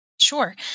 Sure